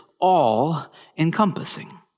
all-encompassing